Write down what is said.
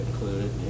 included